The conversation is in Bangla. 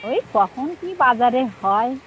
ওই কখন কি বাজারে হয়